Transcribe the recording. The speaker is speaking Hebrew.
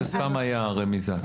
זה סתם היה רמיזה,